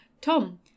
Tom